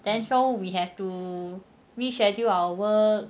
then so we have to reschedule our work